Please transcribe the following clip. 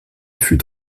fut